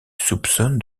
soupçonne